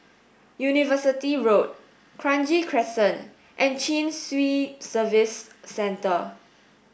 University Road Kranji Crescent and Chin Swee Service Centre